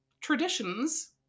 traditions